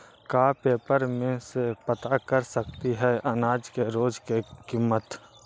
का पेपर में से पता कर सकती है अनाज के रोज के किमत?